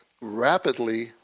rapidly